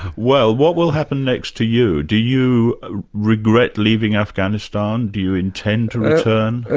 well what will happen next to you? do you regret leaving afghanistan, do you intend to return?